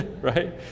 Right